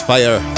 Fire